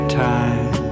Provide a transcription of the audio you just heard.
time